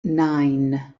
nine